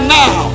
now